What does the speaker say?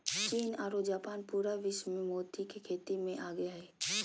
चीन आरो जापान पूरा विश्व मे मोती के खेती मे आगे हय